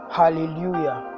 hallelujah